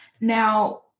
Now